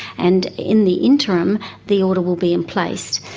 and in the interim the order will be in place.